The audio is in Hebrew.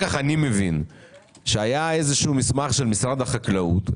אני מבין שאחר כך היה איזשהו מסמך של משרד החקלאות,